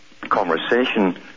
conversation